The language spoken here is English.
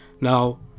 now